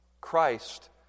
Christ